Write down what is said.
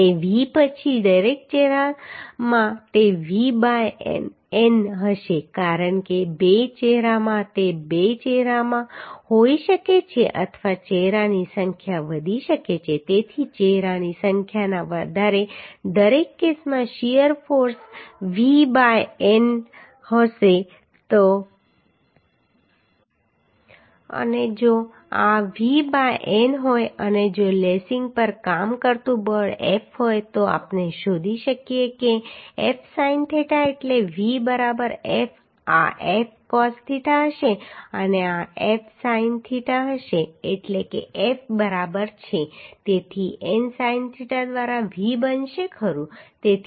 તે V પછી દરેક ચહેરામાં તે V બાય n હશે કારણ કે બે ચહેરામાં તે બે ચહેરામાં હોઈ શકે છે અથવા ચહેરાની સંખ્યા વધી શકે છે તેથી ચહેરાની સંખ્યાના આધારે દરેક કેસમાં shear force V by n હશે અને જો આ V બાય n હોય અને જો લેસિંગ પર કામ કરતું બળ F હોય તો આપણે શોધી શકીએ કે F sin theta એટલે V બરાબર F આ F cos theta હશે અને આ F sin theta હશે એટલે કે F બરાબર છે V બાય n એટલે કે F n sin theta દ્વારા V બનશે ખરું